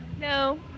No